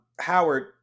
Howard